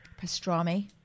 pastrami